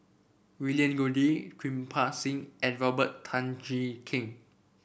William Goode Kirpal Singh and Robert Tan Jee Keng